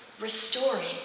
Restoring